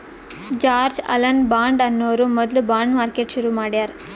George Alan Bond ಅನ್ನೋರು ಮೊದ್ಲ bond market ಶುರು ಮಾಡ್ಯಾರ್